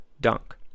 dunk